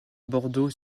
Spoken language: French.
bordeaux